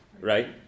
right